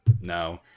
no